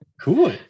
Cool